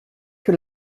que